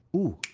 ooh,